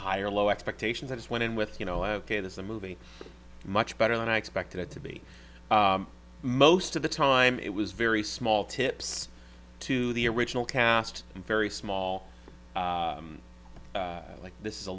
higher low expectations i just went in with you know ok this is a movie much better than i expected it to be most of the time it was very small tips to the original cast and very small like this